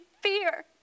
fear